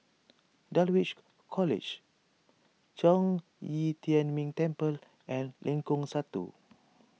Dulwich College Zhong Yi Tian Ming Temple and Lengkong Satu